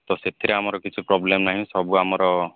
ତ ସେଥିରେ ଆମର କିଛି ପ୍ରୋବଲେମ୍ ନାହିଁ ସବୁ ଆମର